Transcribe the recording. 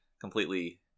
completely